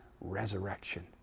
resurrection